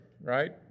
right